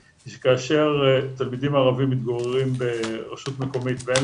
היא שכאשר תלמידים ערבים מתגוררים ברשות מקומית ואין